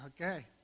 Okay